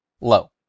low